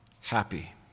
happy